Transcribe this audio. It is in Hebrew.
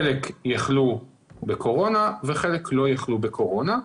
חלק יחלו בקורונה וחלק לא יחלו בקורונה.